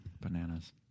bananas